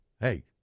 Hey